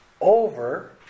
over